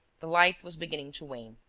the light was beginning to wane.